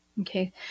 okay